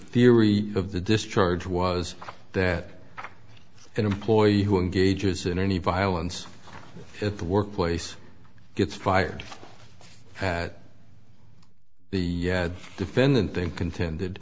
theory of the discharge was that an employee who engages in any violence at the workplace gets fired at the defendant thing contended